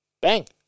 Bang